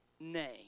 name